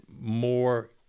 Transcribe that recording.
more